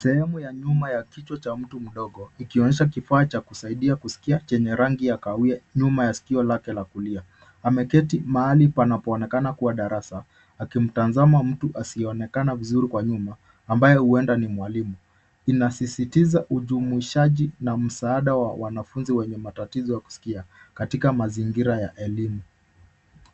Sehemu ya nyuma ya kichwa cha mtu mdogo ikionyesha kifaa cha kusaidia kusikia chenye rangi ya kahawia nyuma ya sikio lake la kulia. Ameketi mahali panapo onekana kuwa darasa, akimtanzama mtu asiyeonekana vizuri kwa nyuma ambaye huenda ni mwalimu. Inasisitiza ujumuishaji na msaada wa wanafunzi wenye matatizo ya kusikia katika mazingira ya elimu.